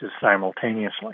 simultaneously